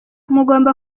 mugomba